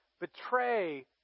betray